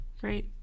Great